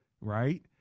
right